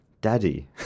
Daddy